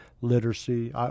literacy